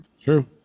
true